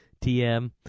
TM